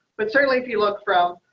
but certainly if you look from